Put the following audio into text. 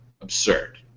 absurd